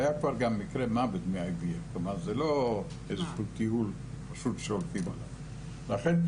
והיה כבר גם מקרה מוות מ IVF. לכן,